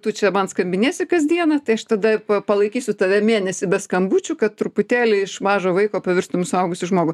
tu čia man skambinėsi kasdieną tai aš tada palaikysiu tave mėnesį be skambučių kad truputėlį iš mažo vaiko pavirstum į suaugusį žmogų